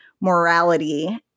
morality